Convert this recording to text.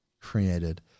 created